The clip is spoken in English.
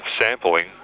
sampling